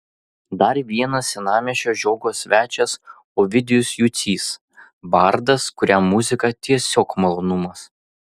dar vienas senamiesčio žiogo svečias ovidijus jucys bardas kuriam muzika tiesiog malonumas